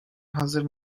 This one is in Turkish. hazır